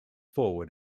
forward